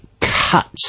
cut